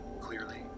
clearly